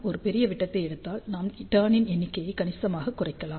ஒரு பெரிய விட்டத்தை எடுத்தால் நாம் டர்ன் இன் எண்ணிக்கையை கணிசமாகக் குறைக்கலாம்